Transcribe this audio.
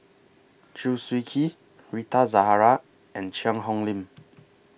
Chew Swee Kee Rita Zahara and Cheang Hong Lim